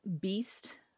beast